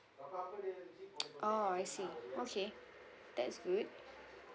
oh I see okay that's good